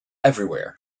everywhere